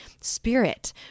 spirit